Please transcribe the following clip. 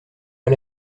pas